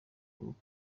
avuka